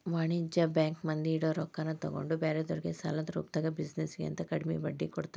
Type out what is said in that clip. ವಾಣಿಜ್ಯ ಬ್ಯಾಂಕ್ ಮಂದಿ ಇಡೊ ರೊಕ್ಕಾನ ತಗೊಂಡ್ ಬ್ಯಾರೆದೊರ್ಗೆ ಸಾಲದ ರೂಪ್ದಾಗ ಬಿಜಿನೆಸ್ ಗೆ ಅಂತ ಕಡ್ಮಿ ಬಡ್ಡಿಗೆ ಕೊಡ್ತಾರ